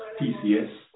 TCS